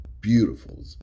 beautiful